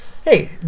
Hey